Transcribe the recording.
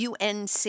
UNC